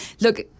Look